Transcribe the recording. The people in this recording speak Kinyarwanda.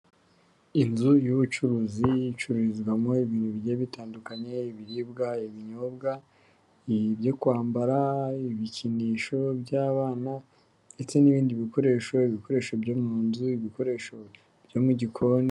Inzu y'ubucuruzi icururizwamo ibintu bigiye bitandukanye, ibiribwa, ibinyobwa, ibyo kwambara, ibikinisho by'abana ndetse n'ibindi bikoresho, ibikoresho byo mu nzu, ibikoresho byo mu gikoni.